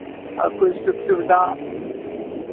और कोई सुख सुविधा